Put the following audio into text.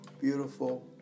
beautiful